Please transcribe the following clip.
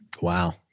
Wow